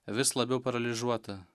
vis labiau paralyžiuota